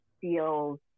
feels